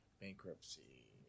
Bankruptcy